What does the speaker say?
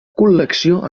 col·lecció